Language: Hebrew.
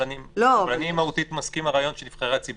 אבל אני מהותית מסכים עם הרעיון של נבחרי הציבור.